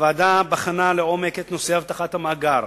הוועדה בחנה לעומק את נושא אבטחת המאגר